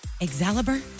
Excalibur